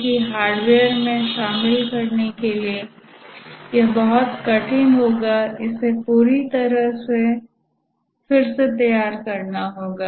क्योंकि हार्डवेयर में शामिल करने के लिए यह बहुत कठिन होगा इसे पूरी तरह से फिर से तैयार करना होगा